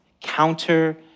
counter